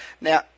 Now